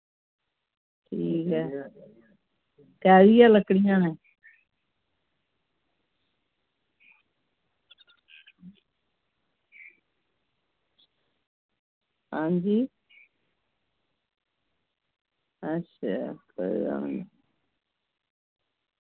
ठीक ऐ कैह्दियां लकड़ियां न हां जी अच्छा कोई गल्ल नी